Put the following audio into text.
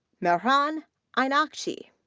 mehran einakchi,